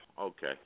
okay